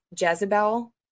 Jezebel